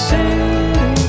City